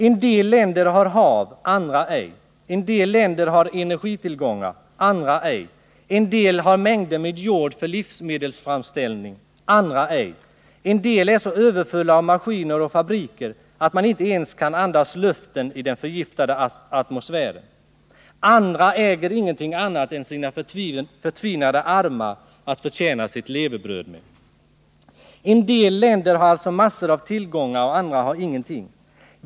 En del länder har hav, andra ej; en del länder har energitillgångar, andra ej; en del har mängder med jord för livsmedelsframställning, andra ej; en del är så överfulla av maskiner och fabriker att man inte ens kan andas luften i den förgiftade atmosfären, andra äger ingenting annat än sina förtvinade armar att förtjäna sitt levebröd med. En del länder har alltså massor av tillgångar och andra har ingenting.